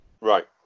Right